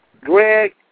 Greg